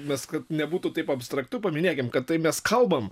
mes kad nebūtų taip abstraktu paminėkim kad tai mes kalbam